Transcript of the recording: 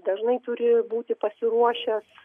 dažnai turi būti pasiruošęs